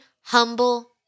humble